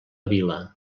vila